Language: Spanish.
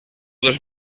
dos